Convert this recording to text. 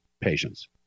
patients